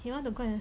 he want to go and